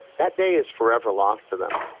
that day is forever lost to them,